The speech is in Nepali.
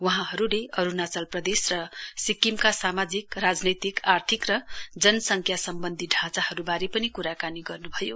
वहाँहरूले अरूणाचल प्रदेश र सिक्किमका सामाजिक राजनैतिक आर्थिक र जनसङ्ख्या सम्बन्धी ढाँचाहरूबारे पनि क्राकानी गर्न् भयो